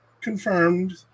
confirmed